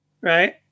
right